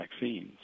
vaccines